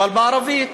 אבל בערבית